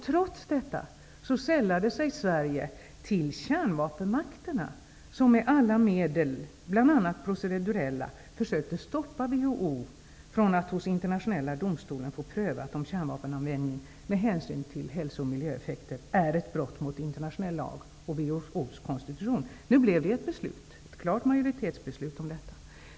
Trots detta sällade sig Sverige till kärnvapenmakterna, som med alla medel, bl.a. procedurella, försökte stoppa WHO från att hos Internationella domstolen få prövat om kärnvapenanvändning med hänsyn till hälso och miljöeffekter är ett brott mot internationell lag och mot WHO:s konstitution. Nu blev det ett klart majoritetsbeslut om detta.